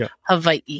hawaii